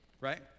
right